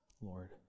Lord